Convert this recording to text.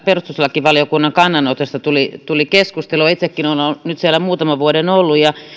perustuslakivaliokunnan kannanotosta tuli tuli keskustelua itsekin olen nyt siellä muutaman vuoden ollut ja